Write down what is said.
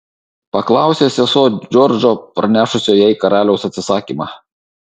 paklausė sesuo džordžo parnešusio jai karaliaus atsisakymą